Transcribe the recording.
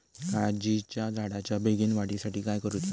काजीच्या झाडाच्या बेगीन वाढी साठी काय करूचा?